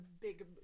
big